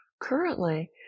Currently